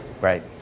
Right